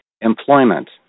employment